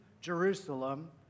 Jerusalem